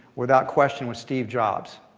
without question, was steve jobs,